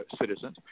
citizens